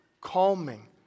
calming